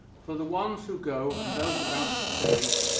for the ones who go, and those about to stay,